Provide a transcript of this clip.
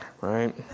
Right